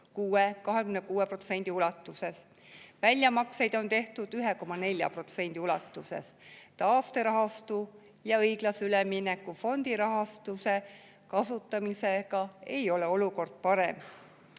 26% ulatuses, väljamakseid on tehtud 1,4% ulatuses. Taasterahastu ja õiglase ülemineku fondi rahastuse kasutamisega ei ole olukord parem.